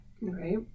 Right